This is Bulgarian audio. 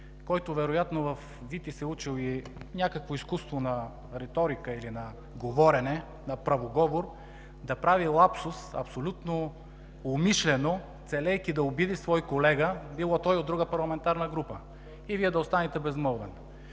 който вероятно е учил във ВИТИЗ някакво изкуство на риторика или на говорене, на правоговор, да прави лапсус абсолютно умишлено, целейки да обиди свой колега, било то и от друга парламентарна група, и Вие да останете безмълвен.